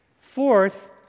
Fourth